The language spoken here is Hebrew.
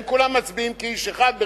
הם כולם מצביעים כאיש אחד,